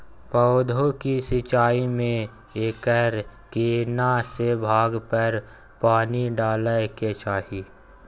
पौधों की सिंचाई में एकर केना से भाग पर पानी डालय के चाही?